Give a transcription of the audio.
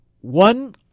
one